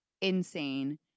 insane